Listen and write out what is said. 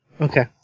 Okay